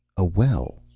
a well.